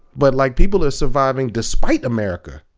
but like people are surviving despite america.